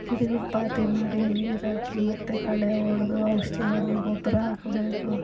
ಗಿಡಗ್ಳಿಗೆ ಪಾತಿ ಮಾಡಿ ನೀರಾಕಿ ಮತ್ತೆ ಕಳೆ ಒಡೆದು ಔಷಧಿ ಒಡೆದು ಗೊಬ್ಬರ ಹಾಕ್ಬೇಕು